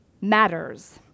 matters